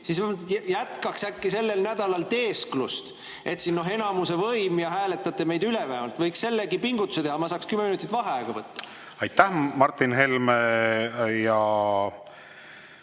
jätkaks sellel nädalal teesklust, et siin on enamuse võim ja te hääletate meid üle. Võiks sellegi pingutuse teha, ma saaksin kümme minutit vaheaega võtta. Aitäh, Martin Helme!